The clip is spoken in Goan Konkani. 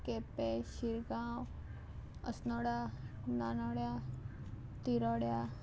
केपें शिरगांव अस्नोडा नानोड्या तिरोड्या